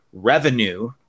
revenue